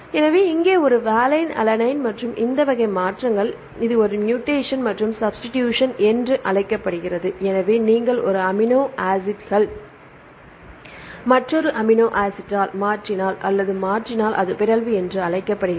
எனவே இங்கே இந்த வாலைன் அலனைன் மற்றும் இந்த வகை மாற்றங்கள் இது ஒரு மூடேசன் அல்லது சப்ஸ்டிடூஷன் என்று அழைக்கப்படுகிறது எனவே நீங்கள் ஒரு அமினோ ஆசிட்டை மற்றொரு அமினோ ஆசிட்டால் மாற்றினால் அல்லது மாற்றினால் அது பிறழ்வு என்று அழைக்கப்படுகிறது